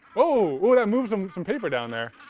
oh that moved some some paper down there